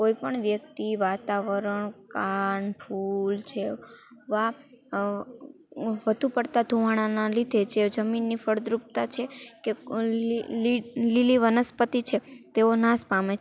કોઈ પણ વ્યક્તિ વાતાવરણ કાન ફૂલ છે વધુ પડતા ધુમાડાનાં લીધે જે જમીનની ફળદ્રુપતા છે કે લીલી વનસ્પતિ છે તેઓ નાશ પામે છે અને